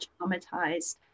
traumatized